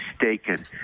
mistaken